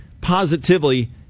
positively